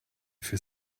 für